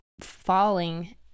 falling